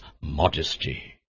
modesty